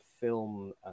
film